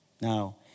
Now